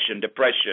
depression